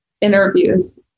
interviews